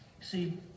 See